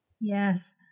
Yes